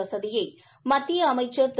வசதியை மத்திய அமைச்சா் திரு